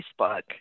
Facebook